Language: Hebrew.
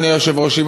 אדוני היושב-ראש,